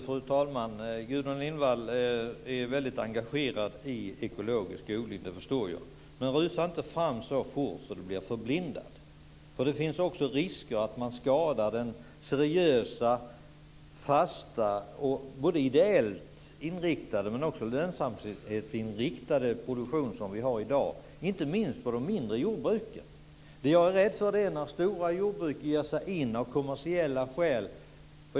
Fru talman! Gudrun Lindvall är mycket engagerad i ekologisk odling, det förstår jag. Men man bör inte rusa fram så fort att man blir förblindad. Det finns risk för att man skadar den seriösa, fasta samt både ideellt inriktade och lönsamhetsinriktade produktion vi har i dag, inte minst på de mindre jordbruken. Jag är rädd för vad som händer när stora jordbruk ger sig in av kommersiella skäl.